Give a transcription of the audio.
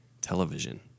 television